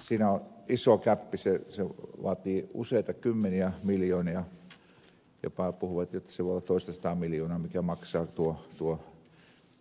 siinä on iso gäppi se vaatii useita kymmeniä miljoonia jopa puhuivat että se voi olla toista sataa miljoonaa minkä maksaa tuo